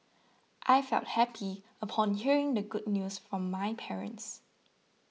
I felt happy upon hearing the good news from my parents